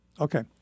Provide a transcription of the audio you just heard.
Okay